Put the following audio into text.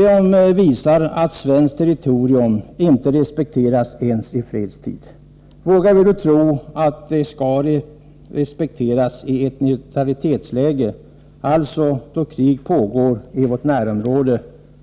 De visar att svenskt territorium inte respekteras ens i fredstid. Vågar vi då tro att det skall respekteras i ett neutralitetsläge, alltså då krig pågår i vårt närområde